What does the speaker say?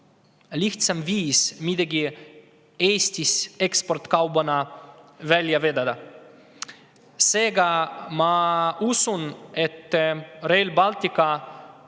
lihtsam viis midagi Eestist eksportkaubana välja vedada. Seega ma usun, et Rail Balticut